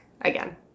again